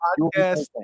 podcast